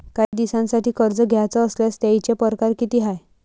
कायी दिसांसाठी कर्ज घ्याचं असल्यास त्यायचे परकार किती हाय?